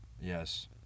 Yes